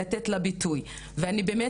לתת לה ביטוי ואני באמת,